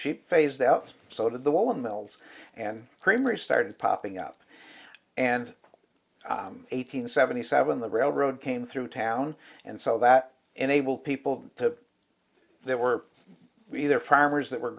sheep phased out so did the wall and mills and kramer started popping up and eight hundred seventy seven the railroad came through town and so that enable people to there were either farmers that were